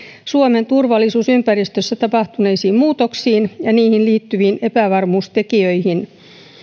suomen turvallisuusympäristössä tapahtuneisiin muutoksiin ja niihin liittyviin epävarmuustekijöihin